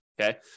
okay